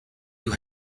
you